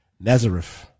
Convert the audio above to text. Nazareth